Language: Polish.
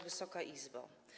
Wysoka Izbo!